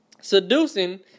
Seducing